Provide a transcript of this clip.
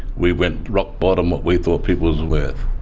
we went rock bottom what we thought people was worth.